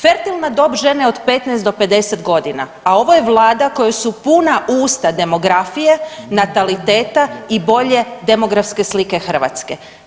Fertilna dob žene od 15 do 50 godina, a ovoj je Vlada kojoj su puna usta demografije, nataliteta i bolje demografske slike Hrvatske.